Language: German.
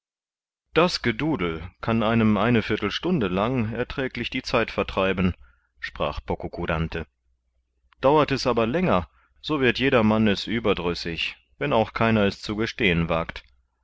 das gedudel kann einem eine viertelstunde lang erträglich die zeit vertreiben sprach pococurante dauert es aber länger so wird jedermann es überdrüssig wenn auch keiner es zu gestehen wagt